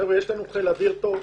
חבר'ה, יש לנו חיל אויר טוב,